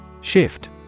shift